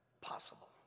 possible